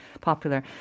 popular